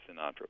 Sinatra